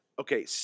Okay